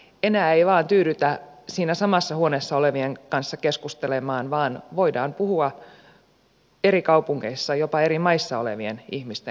enää ei vain tyydytä siinä samassa huoneessa olevien kanssa keskustelemaan vaan voidaan puhua eri kaupungeissa jopa eri maissa olevien ihmisten kanssa